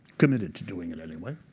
committed to doing it anyway.